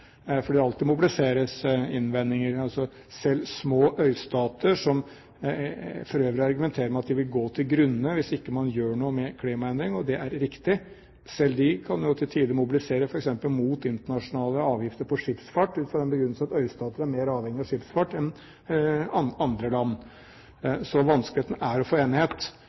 det alltid mobiliseres innvendinger. Selv små øystater, som for øvrig argumenterer med at de vil gå til grunne hvis man ikke gjør noe med klimaendringene – og det er riktig – kan jo til tider mobilisere f.eks. mot internasjonale avgifter for skipsfart ut fra den begrunnelse at øystater er mer avhengig av skipsfart enn andre land. Så vanskeligheten er å få til enighet,